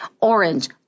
Orange